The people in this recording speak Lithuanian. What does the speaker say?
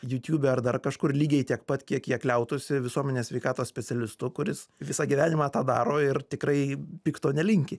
jutūbe ar dar kažkur lygiai tiek pat kiek jie kliautųsi visuomenės sveikatos specialistu kuris visą gyvenimą tą daro ir tikrai pikto nelinki